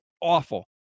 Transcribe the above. awful